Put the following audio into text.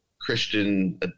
Christian